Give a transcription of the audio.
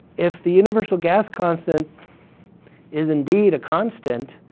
if the universal gas constant is indeed a constant,